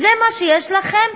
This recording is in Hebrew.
זה מה שיש לכם,